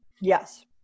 Yes